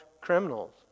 criminals